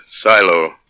silo